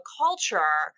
culture